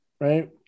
Right